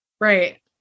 Right